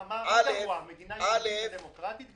מה גרוע, מדינה יהודית ודמוקרטית?